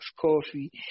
coffee